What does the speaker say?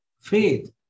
faith